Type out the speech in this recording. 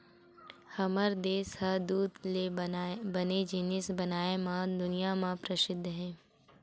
हमर देस ह दूद ले बने जिनिस बनाए म दुनिया म परसिद्ध हे